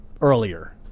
earlier